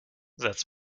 satz